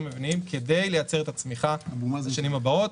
המבניים כדי לייצר את הצמיחה לשנים הבאות.